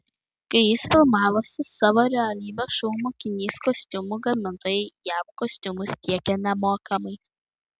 kai jis filmavosi savo realybės šou mokinys kostiumų gamintojai jam kostiumus tiekė nemokamai